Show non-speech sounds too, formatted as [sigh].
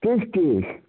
[unintelligible]